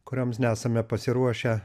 kurioms nesame pasiruošę